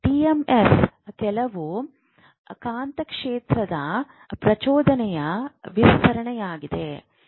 TMS ಕೇವಲ ಕಾಂತಕ್ಷೇತ್ರದ ಪ್ರಚೋದನೆಯ ವಿಸ್ತರಣೆಯಾಗಿದೆ